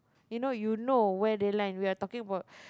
you know you know where they land we are talking about